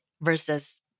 versus